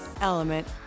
element